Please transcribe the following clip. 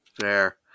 fair